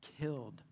killed